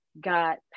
got